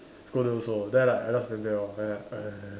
scolded also then I like I just stand lor